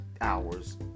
hours